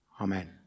Amen